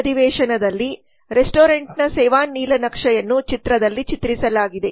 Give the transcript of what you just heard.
ಈ ಅಧಿವೇಶನದಲ್ಲಿ ರೆಸ್ಟೋರೆಂಟ್ನ ಸೇವಾ ನೀಲನಕ್ಷೆಯನ್ನು ಚಿತ್ರದಲ್ಲಿ ಚಿತ್ರಿಸಲಾಗಿದೆ